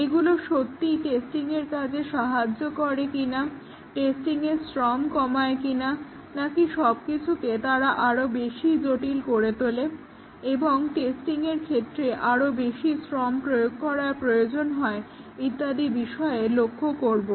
এইগুলো সত্যিই টেস্টিংয়ের কাজে সাহায্য করে কিনা টেস্টিংয়ের শ্রম কমায় কিনা নাকি সবকিছুকে তারা আরো বেশি জটিল করে তোলে এবং টেস্টিংয়ের ক্ষেত্রে আরও বেশি শ্রম প্রয়োগ করার প্রয়োজন হয় ইত্যাদি বিষয়ে লক্ষ্য করবো